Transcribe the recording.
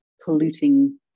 polluting